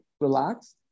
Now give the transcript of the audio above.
relax